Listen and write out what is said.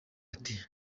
ati